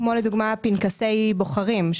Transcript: כמו פנקסי בוחרים.